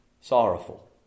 Sorrowful